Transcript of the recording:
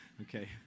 Okay